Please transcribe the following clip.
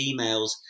emails